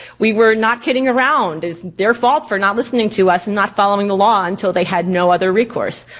we were not kidding around, it's their fault for not listening to us and not following the law until they had no other recourse.